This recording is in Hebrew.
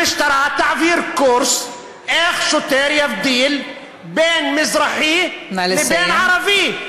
המשטרה תעביר קורס איך שוטר יבדיל בין מזרחי לבין ערבי,